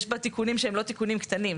יש בה תיקונים שהם לא תיקונים קטנים.